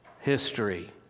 history